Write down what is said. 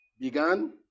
began